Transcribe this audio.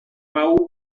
maó